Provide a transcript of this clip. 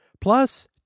plus